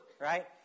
right